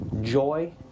joy